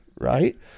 right